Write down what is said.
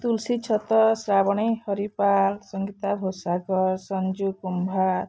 ତୁଲସୀ ଛତ ଶ୍ରାବଣୀ ହରିପାଲ ସଙ୍ଗୀତା ଘୋଷାକ ସଞ୍ଜୁ କୁମ୍ଭାର